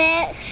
Six